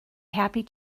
happy